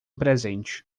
presente